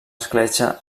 escletxa